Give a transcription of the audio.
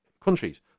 countries